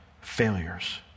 failures